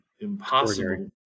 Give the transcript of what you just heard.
Impossible